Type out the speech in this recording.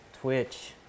Twitch